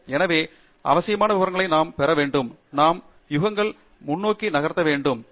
எனவே அவசியமான விவரங்களை நாம் பெற வேண்டும் ஆனால் நாம் அனுமானங்களை முன்னோக்கி நகர்த்த முடியும்